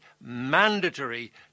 mandatory